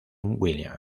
william